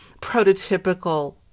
prototypical